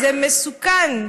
זה מסוכן,